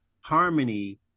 Harmony